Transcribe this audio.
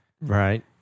Right